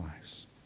lives